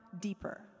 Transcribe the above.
deeper